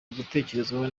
gutekerezwaho